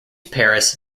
paris